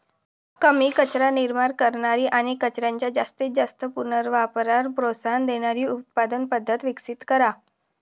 कमी कचरा निर्माण करणारी आणि कचऱ्याच्या जास्तीत जास्त पुनर्वापराला प्रोत्साहन देणारी उत्पादन पद्धत विकसित करा